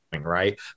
right